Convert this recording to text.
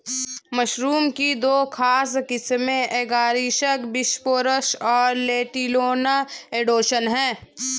mushroom की दो खाद्य किस्में एगारिकस बिस्पोरस और लेंटिनुला एडोडस है